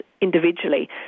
individually